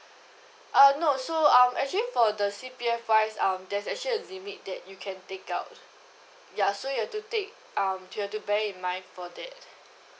uh no so um actually for the C_P_F wise um there's actually a limit that you can take out ya so you have to take um you have to bare in mind for that